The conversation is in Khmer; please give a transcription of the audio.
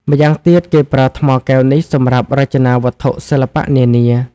ម្យ៉ាងទៀត គេប្រើថ្មកែវនេះ សម្រាប់រចនាវត្ថុសិល្បៈនានា។